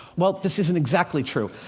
well, this isn't exactly true.